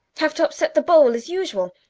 have to upset the bowl, as usual?